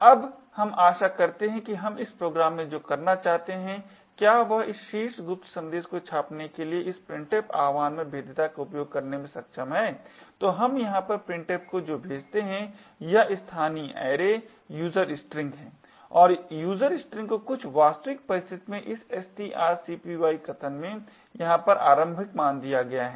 अब हम आशा करते हैं कि हम इस प्रोग्राम में जो करना चाहते हैं क्या वह इस शीर्ष गुप्त संदेश को छापने के लिए इस printf आह्वान में भेद्यता का उपयोग करने में सक्षम है तो हम यहाँ पर printf को जो भेजते है यह स्थानीय ऐरे user string है और user string को कुछ वास्तविक परिस्थित में इस strcpy कथन में यहाँ पर आरम्भ मान दिया गया है